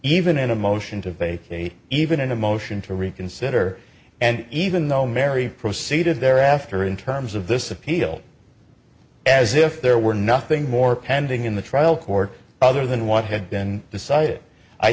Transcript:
even in a motion to vacate even a motion to reconsider and even though mary proceeded thereafter in terms of this appeal as if there were nothing more pending in the trial court other than what had been decided i